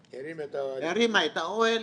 שהרימה את האוהל,